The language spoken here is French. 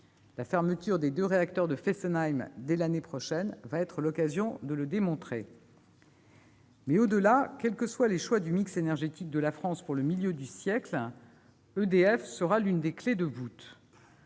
La fermeture des deux réacteurs de Fessenheim dès l'année prochaine sera l'occasion de le démontrer. Au-delà, quels que soient les choix du mix énergétique de la France pour le milieu du siècle, EDF sera l'une des clés de voûte.